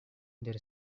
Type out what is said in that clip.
there